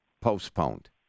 postponed